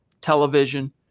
television